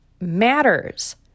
matters